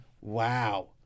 Wow